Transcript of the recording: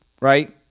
Right